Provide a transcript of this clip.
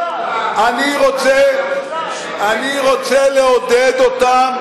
לכן, אני חושב שאם נעביר את זה לוועדת הפנים,